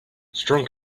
strong